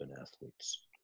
athletes